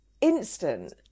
instant